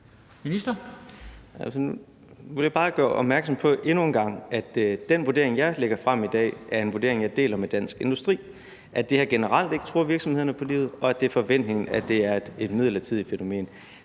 endnu en gang gøre opmærksom på, at den vurdering, jeg lægger frem i dag, er en vurdering, som jeg deler med Dansk Industri: at det her generelt ikke truer virksomhederne på livet, og at det er forventningen, at det er et midlertidigt fænomen.